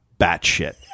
batshit